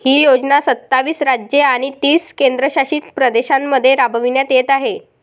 ही योजना सत्तावीस राज्ये आणि तीन केंद्रशासित प्रदेशांमध्ये राबविण्यात येत आहे